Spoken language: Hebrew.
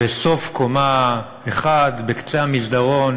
בסוף קומה 1 בקצה המסדרון,